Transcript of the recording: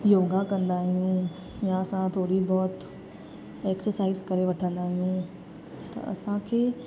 योगा कंदा आहियूं या असां थोरी बहुत एक्सरसाइज करे वठंदा आहियूं त असांखे